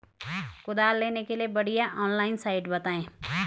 कुदाल लेने के लिए बढ़िया ऑनलाइन साइट बतायें?